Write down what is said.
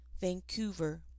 Vancouver